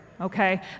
okay